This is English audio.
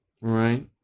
right